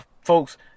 folks